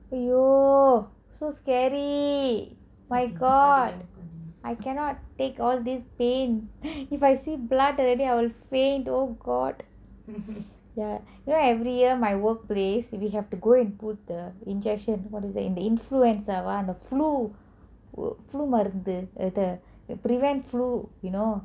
!aiyo! so scary my god I cannot take all this pain if I see blood already I would faint oh god you know every year my workplace we have to go and put the injection what is that in the influenza வா அந்த:va antha flu flu மருந்து:marunthu ah the prevent flu you know